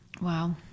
Wow